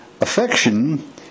Affection